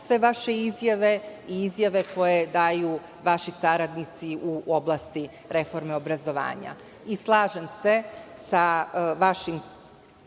sve vaše izjave i izjave koje daju vaši saradnici u oblasti reforme obrazovanja. Slažem se sa vašim